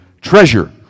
treasure